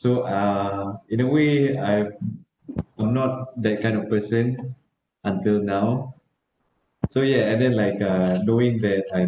so uh in a way I've not that kind of person until now so ya and then like uh knowing that I'm